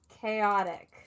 chaotic